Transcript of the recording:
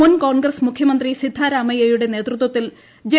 മുൻ കോൺഗ്രസ്സ് മുഖ്യമന്ത്രി സിദ്ധരാമയ്യുടെ നേതൃത്വത്തിൽ ജെ